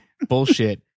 bullshit